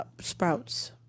sprouts